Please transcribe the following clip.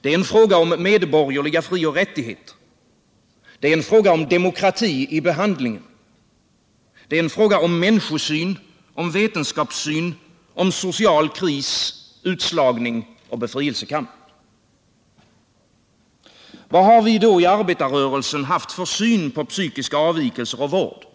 Det är en fråga om medborgerliga frioch rättigheter. Det är en fråga om demokrati i behandling. Det är en fråga om människosyn, om vetenskapssyn, om social kris, utslagning och befrielsekamp. Vad har vi då i arbetarrörelsen haft för syn på psykiska avvikelser och vård?